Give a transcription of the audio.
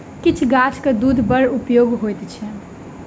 किछ गाछक दूध बड़ उपयोगी होइत छै